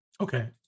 Okay